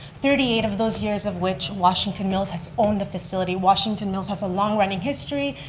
thirty eight of those years of which washington mills has owned the facility. washington mills has a long-running history.